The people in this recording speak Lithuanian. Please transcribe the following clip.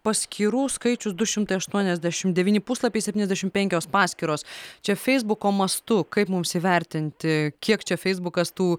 paskyrų skaičius du šimtai aštuoniasdešim devyni puslapiai septyniasdešim penkios paskyros čia feisbuko mastu kaip mums įvertinti kiek čia feisbukas tų